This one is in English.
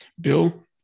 Bill